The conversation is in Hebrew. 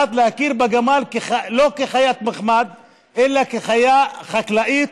הזדמנות אחת ולתמיד להכיר בגמל לא כחיית מחמד אלא כחיה חקלאית